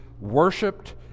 worshipped